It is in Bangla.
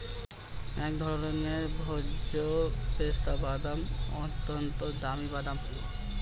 এক ধরনের ভোজ্য পেস্তা বাদাম, অত্যন্ত দামি বাদাম